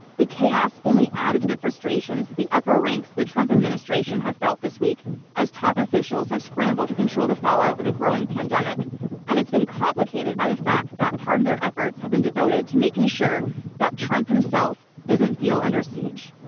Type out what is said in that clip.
the chaos only added to the frustrations that the upper ranks the trump administration have felt this week as top officials have scrambled to control the fallout of a growing pandemic and it's been complicated by the fact that part of their efforts have been devoted to making sure that trump himself doesn't feel under siege.